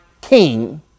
King